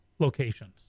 locations